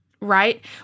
right